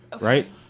right